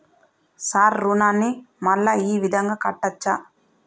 Sir రుణాన్ని మళ్ళా ఈ విధంగా కట్టచ్చా?